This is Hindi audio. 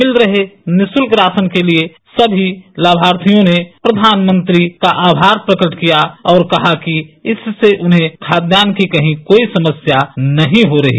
मिल रहे निशुल्क राशन के लिए सभी लाभार्थियों ने प्रषानमंत्री का आमार प्रकट किया कहा कि इससे उन्हें खाद्यान्न कि कहीं कोई समस्या नहीं हुई